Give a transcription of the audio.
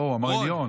לא, הוא אמר עליון.